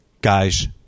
guys